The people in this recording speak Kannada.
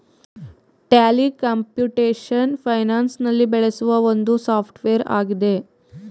ಟ್ಯಾಲಿ ಕಂಪ್ಯೂಟೇಶನ್ ಫೈನಾನ್ಸ್ ನಲ್ಲಿ ಬೆಳೆಸುವ ಒಂದು ಸಾಫ್ಟ್ವೇರ್ ಆಗಿದೆ